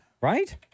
Right